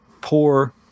poor